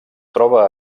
troba